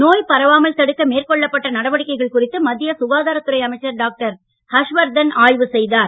நோய் பரவாமல் தடுக்க மேற்கொள்ளப்பட்ட நடவடிக்கைகள் குறித்து மத்திய சுகாதாரத் துறை அமைச்சர் டாக்டர் ஹர்ஷவர்தன் ஆய்வு செய்தார்